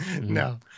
No